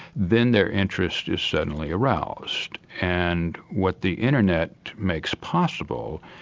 then their interest is suddenly aroused. and what the internet makes possible,